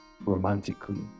romantically